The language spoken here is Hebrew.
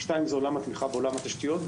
התמיכה בתשתיות,